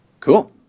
Cool